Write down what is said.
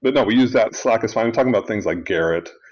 but no, we use that slack, it's fine. i'm talking about things like gerrit.